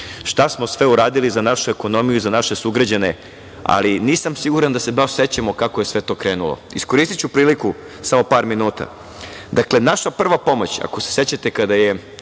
šta smo sve uradili za našu ekonomiju i za naše sugrađane, ali nisam siguran da se baš sećamo kako je sve to krenulo. Iskoristiću priliku samo par minuta. Dakle, naša prva pomoć, ako se sećate, kada je